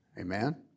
Amen